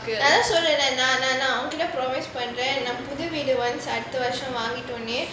எதாச்சும் சொல்லு நான் நான் உங்கிட்ட:ethachum sollu naan naan ungkita promise பண்றேன்:pandraen